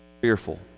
fearful